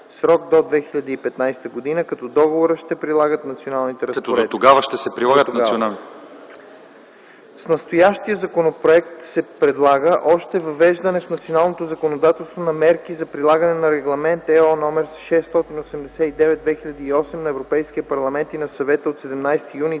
срок до 2015 г., като дотогава ще се прилагат националните разпоредби. С настоящият законопроект се предлага още въвеждане в националното законодателство на мерки за прилагане на Регламент (ЕО) № 689/2008 на Европейския парламент и на Съвета от 17 юни